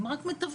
הן רק מתווכות.